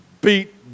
beat